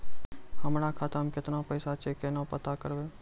हमरा खाता मे केतना पैसा छै, केना पता करबै?